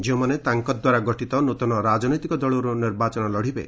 ଯେଉଁମାନେ ତାଙ୍କ ଦ୍ୱାରା ଗଠିତ ନୂତନ ରାଜନୈତିକ ଦଳରୁ ନିର୍ବାଚନ ଲଢ଼ିବେ